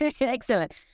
Excellent